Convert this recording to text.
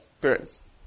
parents